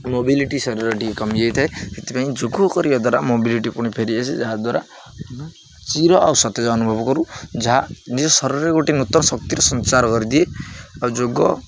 mobility ଶରୀର ଟିକେ କମିଯାଇ ଥାଏ ସେଥିପାଇଁ ଯୋଗ କରିବା ଦ୍ୱାରା ମୋବିଲିଟି ପୁଣି ଫେରି ଆସେ ଯାହାଦ୍ୱାରା ଚିର ଆଉ ସତେଜ ଅନୁଭବ କରୁ ଯାହା ନିଜ ଶରୀରରେ ଗୋଟେ ନୂତନ ଶକ୍ତିର ସଞ୍ଚାର କରିଦିଏ ଆଉ ଯୋଗ